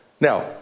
Now